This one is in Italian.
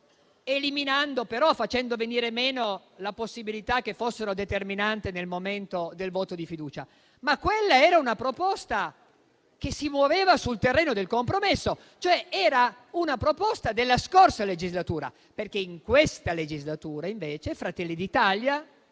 a vita, facendo venire meno la possibilità che fossero determinanti nel momento del voto di fiducia, ma quella era una proposta che si muoveva sul terreno del compromesso, cioè era una proposta della passata legislatura, perché in questa legislatura, invece, Fratelli d'Italia,